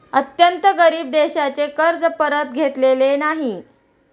अत्यंत गरीब देशांचे कर्ज परत घेतलेले नाही